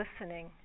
listening